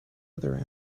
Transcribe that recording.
other